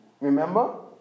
Remember